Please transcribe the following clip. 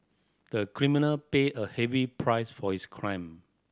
the criminal paid a heavy price for his crime